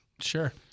Sure